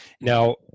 now